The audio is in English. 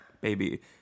baby